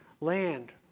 land